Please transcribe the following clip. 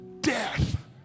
death